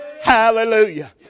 Hallelujah